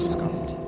Scott